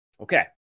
Okay